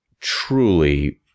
truly